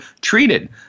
treated